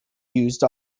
used